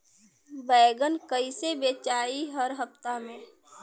बैगन कईसे बेचाई हर हफ्ता में?